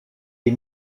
des